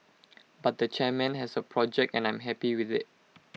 but the chairman has A project and I am happy with IT